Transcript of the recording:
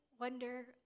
wonder